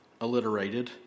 alliterated